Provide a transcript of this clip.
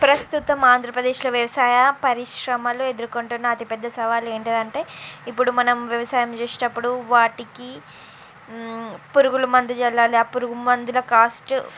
ప్రస్తుతం ఆంధ్రప్రదేశ్లో వ్యవసాయ పరిశ్రమలు ఎదుకురుకొంటున్న అతి పెద్ద సవాలు ఏంటిదంటే ఇప్పుడు మనం మన వ్యవసాయం చేసేటప్పుడు వాటికి పురుగుల మందు చల్లాలి ఆ పురుగుల మందు కాస్ట్